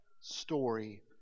story